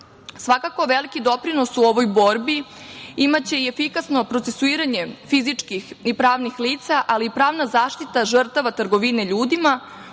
veliki doprinos u ovoj borbi imaće i efikasno procesuiranje fizičkih i pravnih lica, ali i pravna zaštita žrtava trgovine ljudima,